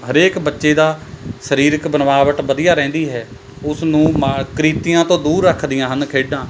ਹਰੇਕ ਬੱਚੇ ਦਾ ਸਰੀਰਕ ਬਨਾਵਟ ਵਧੀਆ ਰਹਿੰਦੀ ਹੈ ਉਸ ਨੂੰ ਮਾ ਕ੍ਰਿਤੀਆਂ ਤੋਂ ਦੂਰ ਰੱਖਦੀਆਂ ਹਨ ਖੇਡਾਂ